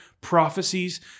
prophecies